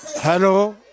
Hello